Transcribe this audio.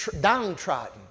downtrodden